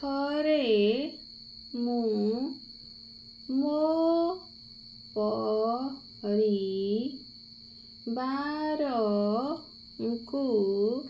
ଥରେ ମୁଁ ମୋ ପରିବାରଙ୍କୁ